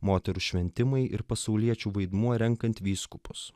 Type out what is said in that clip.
moterų šventimai ir pasauliečių vaidmuo renkant vyskupus